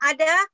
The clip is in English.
Ada